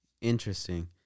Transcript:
interesting